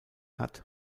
hat